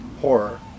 Horror